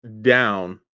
down